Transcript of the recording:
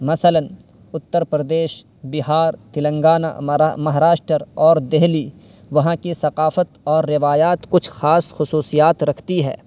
مثلاً اتر پردیش بہار تلنگانہ مہاراشٹر اور دہلی وہاں کی ثقافت اور روایات کچھ خاص خصوصیات رکھتی ہے